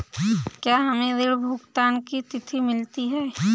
क्या हमें ऋण भुगतान की तिथि मिलती है?